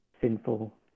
sinful